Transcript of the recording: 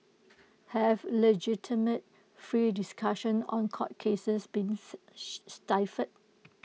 have legitimate free discussions on court cases been stifled